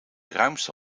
ruimste